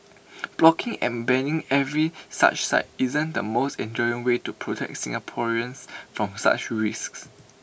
blocking and banning every such site isn't the most enduring way to protect Singaporeans from such risks